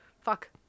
fuck